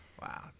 Wow